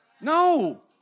No